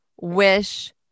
wish